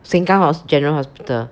sengkang general hospital